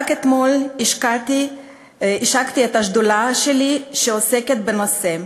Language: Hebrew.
רק אתמול השקתי את השדולה שלי, שעוסקת בנושא,